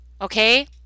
okay